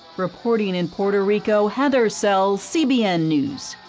reporting in puerto rico, heather sells, cbn news.